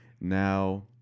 Now